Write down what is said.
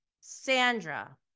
Sandra